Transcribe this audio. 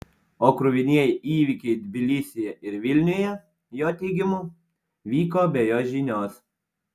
o kruvinieji įvykiai tbilisyje ir vilniuje jo teigimu vyko be jo žinios